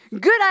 Good